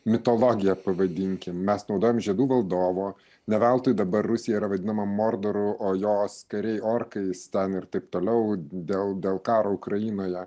mitologiją pavadinkim mes naudojam žiedų valdovo ne veltui dabar rusija yra vadinama mordoru o jos kariai orkais ten ir taip toliau dėl dėl karo ukrainoje